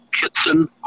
Kitson